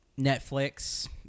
Netflix